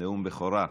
נאום בכורה.